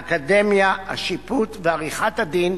האקדמיה, השיפוט ועריכת-הדין,